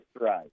Right